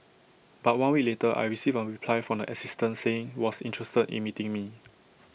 but one week later I received A reply from the assistant saying was interested in meeting me